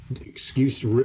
excuse